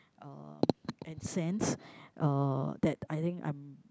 uh and cents uh that I think I'm